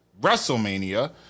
WrestleMania